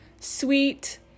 sweet